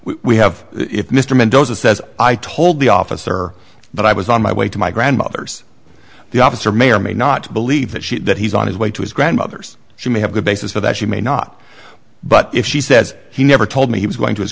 we have if mr mendoza says i told the officer that i was on my way to my grandmother's the officer may or may not believe that she that he's on his way to his grandmother's she may have the basis for that she may not but if she says he never told me he was going to his